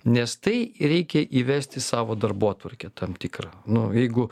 nes tai reikia įvest į savo darbotvarkę tam tikrą nu jeigu